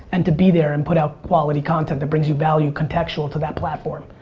and to be there and put out quality content, that brings you value contextual to that platform.